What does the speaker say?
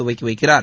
துவங்கி வைக்கிறார்